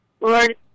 Lord